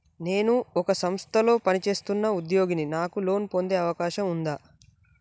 నేను ఒక సంస్థలో పనిచేస్తున్న ఉద్యోగిని నాకు లోను పొందే అవకాశం ఉందా?